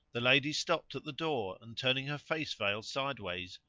the lady stopped at the door and, turning her face veil sideways,